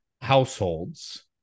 households